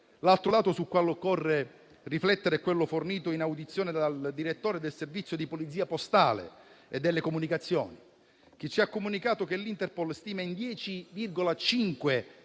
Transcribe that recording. L'altro lato sul quale occorre riflettere è quello fornito in audizione dal Direttore del servizio di Polizia postale e delle comunicazioni, che ci ha comunicato che l'Interpol stima in 10,5